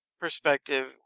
perspective